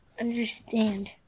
understand